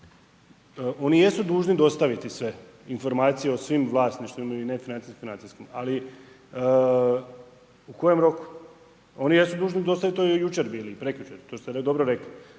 oni jesu dužni dostaviti sve informacijama o svim vlasništvu i nefinancijskom, financijskom, ali u kojem roku oni jesu dužni dostavili jučer bili, prekjučer, to ste dobro rekli,